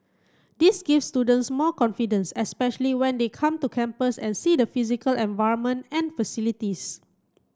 this gives students more confidence especially when they come to campus and see the physical environment and facilities